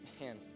man